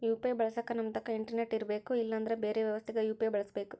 UPI ಬಳಸಕ ನಮ್ತಕ internet ಇರರ್ಬೆಕು ಇಲ್ಲಂದ್ರ ಬೆರೆ ವ್ಯವಸ್ಥೆಗ ಯು.ಪಿ.ಐ ಬಳಸಬಕು